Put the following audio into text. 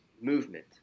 movement